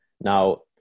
Now